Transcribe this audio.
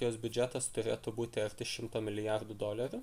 jos biudžetas turėtų būti arti šimto milijardų dolerių